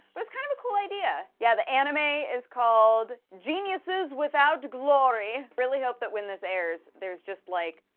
but it's kind of a cool idea. yeah, the anime is called geniuses without glory. i really hope that when this airs, there's just, like,